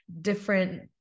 different